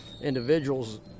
individuals